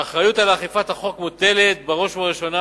האחריות לאכיפת החוק מוטלת בראש ובראשונה